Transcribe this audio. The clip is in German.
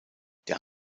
der